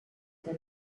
der